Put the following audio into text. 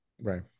Right